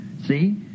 see